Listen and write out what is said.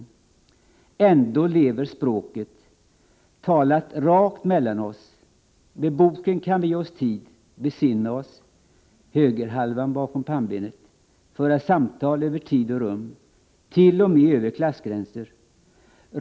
Ändå lever språket talat rakt mellan oss Med boken kan vi ge oss tid besinna oss föra samtal över tid och rum till och med över klassgränser!